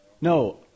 No